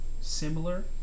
similar